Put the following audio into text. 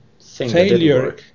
failure